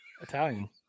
Italian